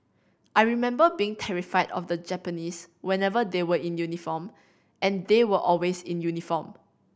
I remember being terrified of the Japanese whenever they were in uniform and they were always in uniform